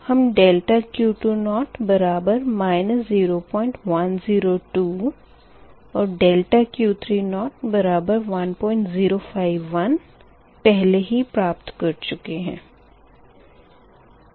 हम ∆Q20 बराबर 0102 और ∆Q30 बराबर 1051 पहले ही प्राप्त कर चुके है